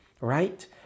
right